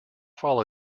follow